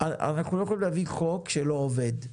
אנחנו לא יכולים להעביר חוק שלא עובד.